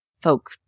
folk